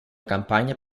campagna